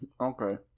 Okay